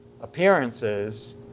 appearances